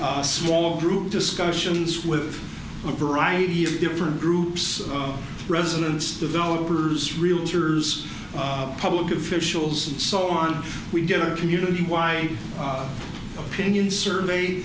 a small group discussions with a variety of different groups of residents developers realtors public officials and so on we get our community why opinion survey